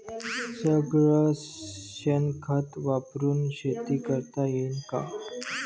सगळं शेन खत वापरुन शेती करता येईन का?